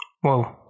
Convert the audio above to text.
Whoa